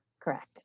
Correct